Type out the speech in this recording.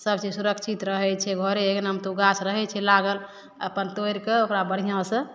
सबचीज सुरक्षित रहै छै घरे अँगना मे तऽ ऊ गाछ रहै छै लागल अपन तोइर कऽ ओकरा बढियाँ सँ